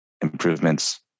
improvements